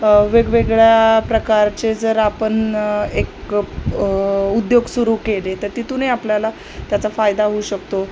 वेगवेगळ्या प्रकारचे जर आपण एक उद्योग सुरू केले तर तिथूनही आपल्याला त्याचा फायदा होऊ शकतो